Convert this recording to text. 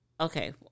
okay